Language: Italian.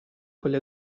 quelle